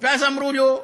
ואז אמרו לו: